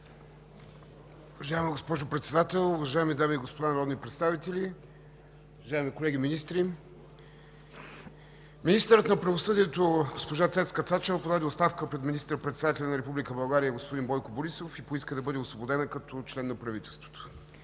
Уважаема госпожо Председател, уважаеми дами и господа народни представители, уважаеми колеги министри! Министърът на правосъдието госпожа Цецка Цачева подаде оставка пред министър-председателя на Република България господин Бойко Борисов и поиска да бъде освободена като член на правителството.